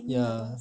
ya